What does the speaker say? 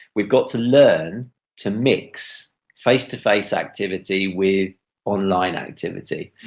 we've got to learn to mix face-to-face activity with online activity.